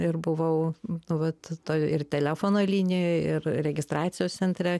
ir buvau nu vat toj ir telefono linijoj ir registracijos centre